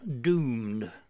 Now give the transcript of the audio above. Doomed